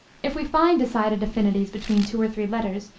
if we find decided affinities between two or three letters,